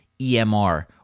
EMR